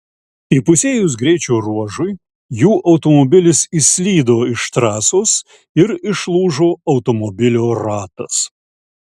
įpusėjus greičio ruožui jų automobilis išslydo iš trasos ir išlūžo automobilio ratas